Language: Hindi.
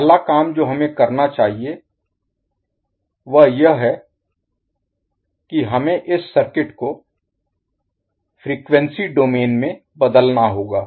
पहला काम जो हमें करना चाहिए वह यह है कि हमें इस सर्किट को फ़्रीक्वेंसी डोमेन में बदलना होगा